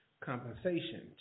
compensation